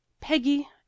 Peggy